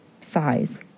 size